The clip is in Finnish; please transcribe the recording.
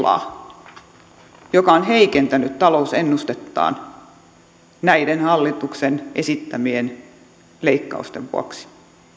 etlaa joka on heikentänyt talousennustettaan näiden hallituksen esittämien leikkausten vuoksi